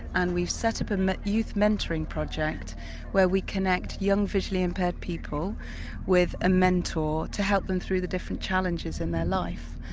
and we've set up a youth mentoring project where we connect young visually impaired people with a mentor, to help them through the different challenges in their life,